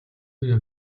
руугаа